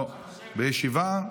לא, בישיבה.